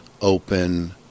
open